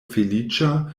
feliĉa